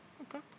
Okay